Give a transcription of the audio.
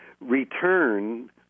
return